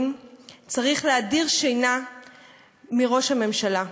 צריך להדיר שינה מעיני ראש הממשלה,